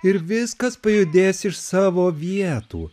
ir viskas pajudės iš savo vietų